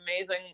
amazing